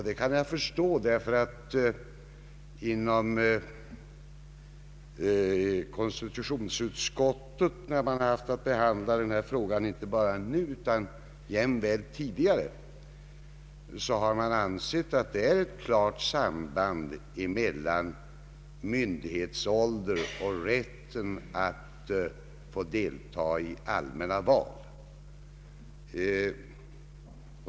Jag kan förstå detta, ty när man inom konstitutionsutskottet haft att behandla denna fråga — inte bara nu utan även tidigare — så har man ansett att det råder ett klart samband mellan myndighetsåldern och rätten att få delta i allmänna val.